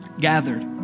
gathered